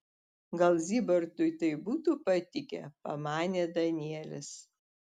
gal zybartui tai būtų patikę pamanė danielis